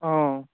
অঁ